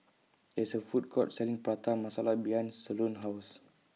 There IS A Food Court Selling Prata Masala behind Solon's House